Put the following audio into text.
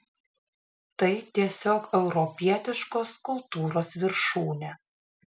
tai tiesiog europietiškos kultūros viršūnė